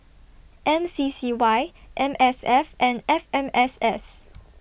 M C C Y M S F and F M S S